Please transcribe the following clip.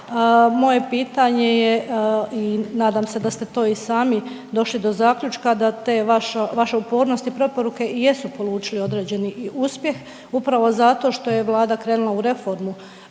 Moje pitanje je i nadam se da ste to i sami došli do zaključka da ta vaša upornost i preporuke i jesu polučile određeni uspjeh upravo zato što je Vlada krenula u reformu